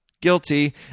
guilty